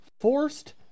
forced